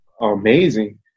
amazing